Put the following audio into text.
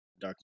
Dark